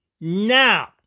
Now